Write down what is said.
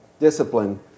Discipline